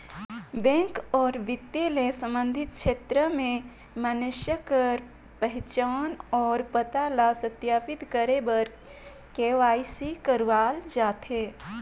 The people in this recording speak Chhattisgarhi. बेंक अउ बित्त ले संबंधित छेत्र में मइनसे कर पहिचान अउ पता ल सत्यापित करे बर के.वाई.सी करवाल जाथे